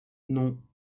non